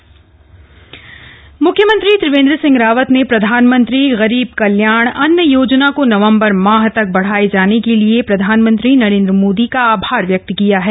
CM प्रतिक्रिया मुख्यमंत्री त्रिवेन्द्र सिंह रावत ने प्रधानमंत्री गरीब कल्याण अन्न योजना को नवम्बर माह तक बढ़ाए जाने के लिए प्रधानमंत्री नरेंद्र मोदी का आभार व्यक्त किया है